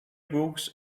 books